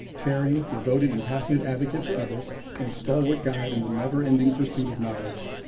caring, devoted and passionate advocate for others and stalwart guide in the never-ending pursuit of knowledge.